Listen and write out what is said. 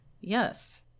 yes